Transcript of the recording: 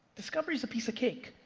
discovery's a piece of cake.